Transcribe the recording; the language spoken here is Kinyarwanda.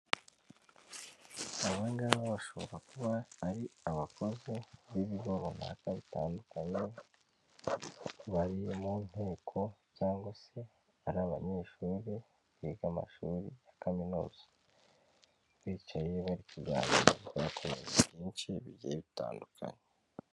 Abangaba bashobora kuba ari abakozi b'ibigo runaka bitandukanye bari mu nteko cyangwa se ari abanyeshuri biga amashuri ya kaminuza bityo rero bari kuganira ku bintu byinshi bigiye bitandukanye.